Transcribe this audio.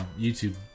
YouTube